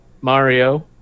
Mario